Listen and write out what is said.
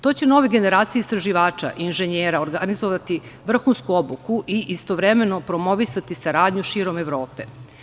To će nove generacije istraživanja i inženjera organizovati vrhunsku obuku i istovremeno promovisati saradnju širom Evrope.